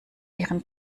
ihren